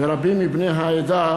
ורבים מבני העדה